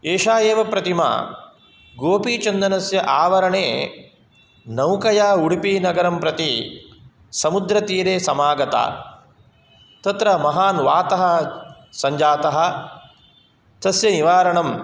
एषा एव प्रतिमा गोपीचन्दनस्य आवरणे नौकया उडुपिनगरं प्रति समुद्रतीरे समागता तत्र महान् वातः सञ्जातः तस्य निवारणं